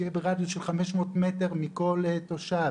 שיהיה ברדיוס של חמש מאות מטר מכל תושב,